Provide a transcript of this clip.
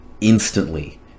instantly